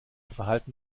verhalten